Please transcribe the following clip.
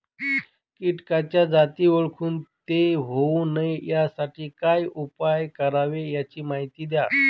किटकाच्या जाती ओळखून ते होऊ नये यासाठी काय उपाय करावे याची माहिती द्या